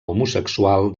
homosexual